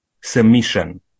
submission